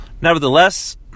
Nevertheless